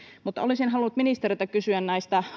mutta olisin halunnut ministeriltä kysyä näistä